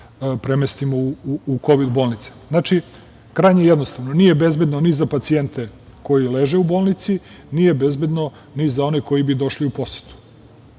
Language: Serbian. premestimo u kovid bolnice. Znači, krajnje jednostavno, nije bezbedno ni za pacijente koji leže u bolnici, nije bezbedno ni za one koji bi došli u posetu.